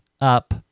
up